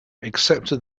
accepted